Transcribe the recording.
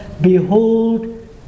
behold